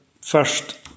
first